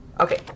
okay